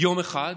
יום אחד,